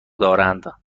دارند